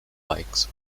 bikes